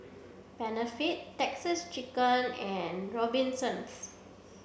Benefit Texas Chicken and Robinsons